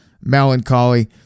melancholy